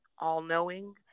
all-knowing